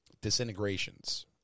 disintegrations